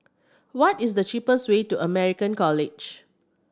what is the cheapest way to American College